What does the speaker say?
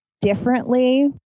differently